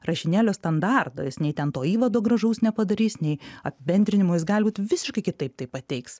rašinėlio standarto jis nei ten to įvado gražaus nepadarys nei apibendrinimo jis gali būt visiškai kitaip tai pateiks